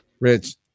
Rich